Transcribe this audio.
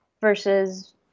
versus